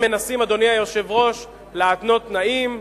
הם מנסים, אדוני היושב-ראש, להתנות תנאים,